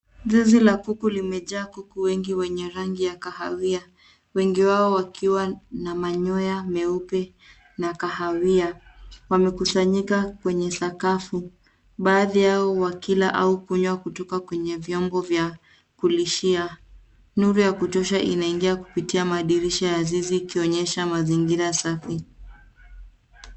Ngazi la kuku limejaa kuku wengi wenye rangi ya kahawia. Wengi wao wakiwa na manyoya meupe na kahawia. Wamekusanyika kwenye sakafu. Baadhi yao wakila au kunywa kutoka kwenye vyombo vya kulishia. Nuru ya kutosha inaingia kupitia madirisha ya zizi ikionyesha mazingira safi.